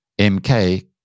MK